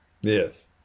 Yes